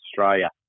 Australia